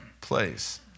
place